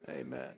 Amen